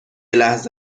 لحظه